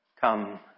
come